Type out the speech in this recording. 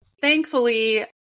thankfully